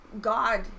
God